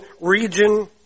region